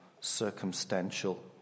circumstantial